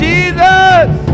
Jesus